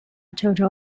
total